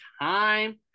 time